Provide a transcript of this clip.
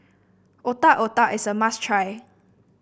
Otak Otak is a must try